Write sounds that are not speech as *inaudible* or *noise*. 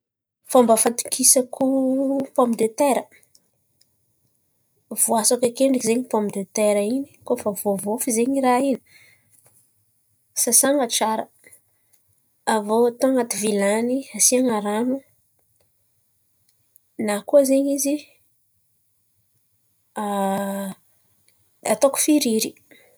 Fomba fandokisako pômy de tera, voasako akendriky zen̈y pômy de tera iny. Koa fa voavôfy zen̈y raha iny, sasan̈a tsara, aviô atao an̈aty vilany, asian̈a rano. Na koa zen̈y izy *hesitation* ataoko firy.